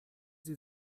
sie